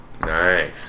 Nice